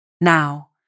Now